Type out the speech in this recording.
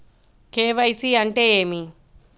KYC అంటే ఏమి?